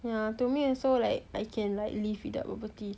ya to me also like I can like live without bubble tea